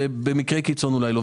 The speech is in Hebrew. ובמקרי קיצון אולי לא.